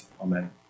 Amen